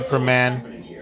Superman